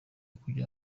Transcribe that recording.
kujya